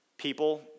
people